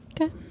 Okay